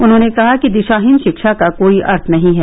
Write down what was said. उन्होंने कहा कि दिशाहीन शिक्षा का कोई अर्थ नहीं है